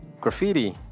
graffiti